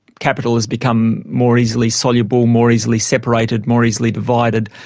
capital has become more easily soluble, more easily separated, more easily divided,